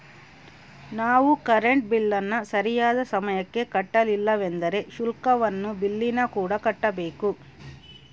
ನಾವು ಕರೆಂಟ್ ಬಿಲ್ಲನ್ನು ಸರಿಯಾದ ಸಮಯಕ್ಕೆ ಕಟ್ಟಲಿಲ್ಲವೆಂದರೆ ಶುಲ್ಕವನ್ನು ಬಿಲ್ಲಿನಕೂಡ ಕಟ್ಟಬೇಕು